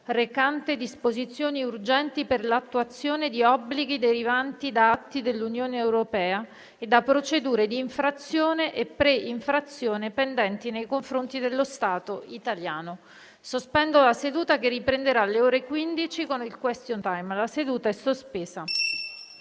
recante disposizioni urgenti per l'attuazione di obblighi derivanti da atti dell'Unione europea e da procedure di infrazione e pre-infrazione pendenti nei confronti dello Stato italiano» (1287). Sospendo la seduta, che riprenderà alle ore 15 con il *question time*. *(La seduta, sospesa